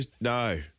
No